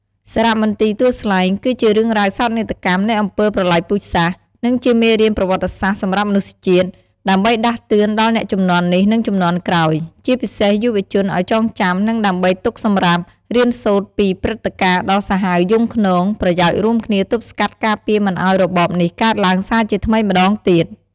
សារមន្ទីរទួលស្លែង គឺជារឿងរ៉ាវសោកនាដកម្ម នៃអំពើប្រល័យពូជសាសន៍ និងជាមេរៀនប្រវត្តិសាស្ត្រសម្រាប់មនុស្សជាតិ ដើម្បីដាស់តឿនដល់អ្នកជំនាន់នេះ និងជំនាន់ក្រោយ ជាពិសេសយុវជនឱ្យចងចាំ និងដើម្បីទុកសម្រាប់ រៀនសូត្រពីព្រឹត្តិការណ៍ដ៏សាហាវយង់ឃ្នង ប្រយោជន៍រួមគ្នាទប់ស្កាត់ការពារមិនឱ្យរបបនេះកើតឡើងសារជាថ្មីម្ដងទៀត។